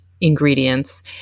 ingredients